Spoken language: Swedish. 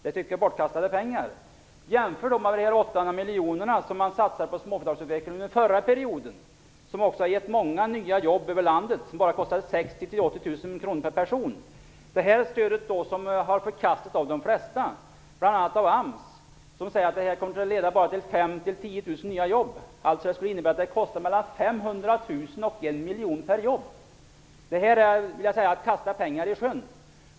Det är bortkastade pengar. Jämför detta med de 800 miljoner som satsades på småföretagsutveckling under den förra mandatperioden och som har givit många nya jobb ute i landet, vilka kostade bara 60 000 - 80 000 kr per person. Det föreslagna stödet har förkastats av de flesta, bl.a. av AMS, som säger att det kommer att leda bara till 5 000 10 000 nya jobb. Det skulle innebära att stödet skulle kosta mellan 500 000 och 1 miljon kronor per jobb. Det är att kasta pengar i sjön.